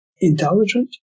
intelligent